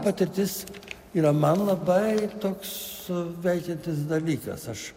patirtis yra man labai toks veikiantis dalykas aš